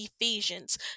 Ephesians